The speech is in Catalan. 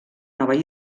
nova